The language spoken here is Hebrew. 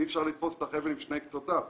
אי אפשר לתפוס את החבל משני קצותיו,